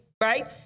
right